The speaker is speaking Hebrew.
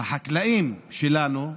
החקלאים שלנו,